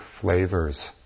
flavors